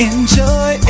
Enjoy